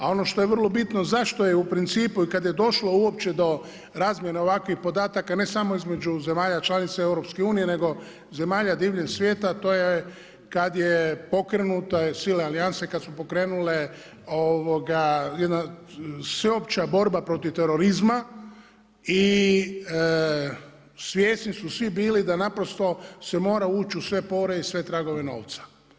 A ono što je vrlo bitno zašto je u principu i kada je došlo uopće do razmjene ovakvih podataka ne samo između zemalja članica EU nego zemalja diljem svijeta a to je pokrenuta, sile alijanse kada su pokrenule jedna sveopća borba protiv terorizma i svjesni su svi bili da naprosto se mora ući u sve pore i sve tragove novca.